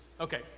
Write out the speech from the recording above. Okay